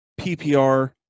PPR